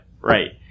Right